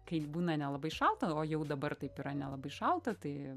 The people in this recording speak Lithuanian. kai būna nelabai šalta o jau dabar taip yra nelabai šalta tai